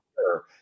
sure